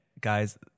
guys